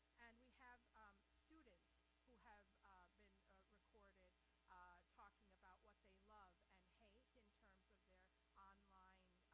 and we have students who have been recorded talking about what they love and hate in terms of their online